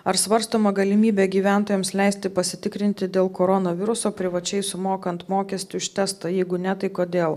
ar svarstoma galimybė gyventojams leisti pasitikrinti dėl koronaviruso privačiai sumokant mokestį už testą jeigu ne tai kodėl